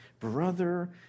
brother